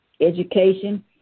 education